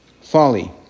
folly